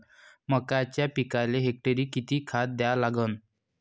मक्याच्या पिकाले हेक्टरी किती खात द्या लागन?